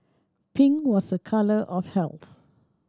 pink was a colour of health